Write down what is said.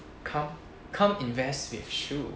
come come invest with shoe